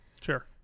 Sure